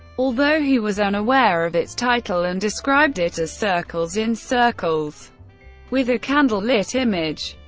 although he was unaware of its title and described it as circles in circles with a candle lit image.